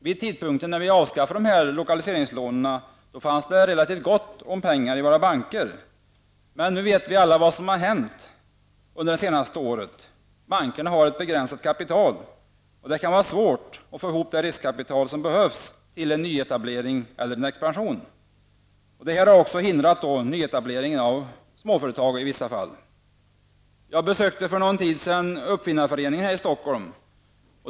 Vid tidpunkten för lokaliseringslånens avskaffande var det relativt gott om kapital hos bankerna. Men nu vet vi alla vad som har hänt under det senaste året. Bankerna har begränsat kapital. Det kan vara mycket svårt att få ihop det riskkapital som behövs till en nyetablering eller expansion. Detta har också hindrat nyetableringen av småföretag. Jag besökte för någon tid sedan uppfinnarföreningen här i Stockholm.